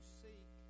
seek